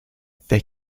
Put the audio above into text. they